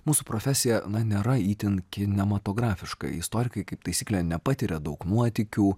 mūsų profesija na nėra itin kinematografiška istorikai kaip taisyklė nepatiria daug nuotykių